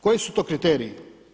Koji su to kriteriji?